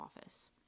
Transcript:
office